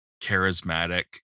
charismatic